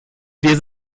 dir